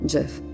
Jeff